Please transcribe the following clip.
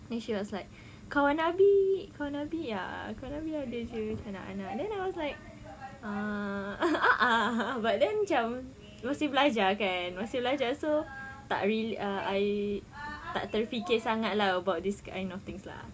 then she was like kawan abi kawan abi ya kawan abi ada jer anak-anak then I was like ah but then macam masih belajar kan masih belajar so tak really ah I tak terfikir sangat lah about this kind of things lah